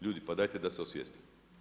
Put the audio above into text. Ljudi, pa dajte da se osvijestimo.